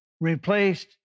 replaced